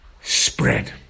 spread